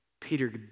Peter